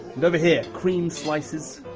and over here! cream slices.